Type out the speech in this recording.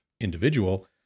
individual